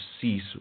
cease